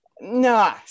no